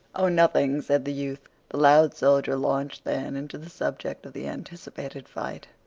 oh, nothing, said the youth. the loud soldier launched then into the subject of the anticipated fight.